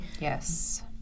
yes